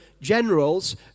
generals